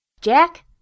Jack